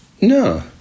No